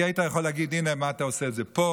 כי היית יכול להגיד: הינה, מה אתה עושה את זה פה?